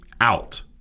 out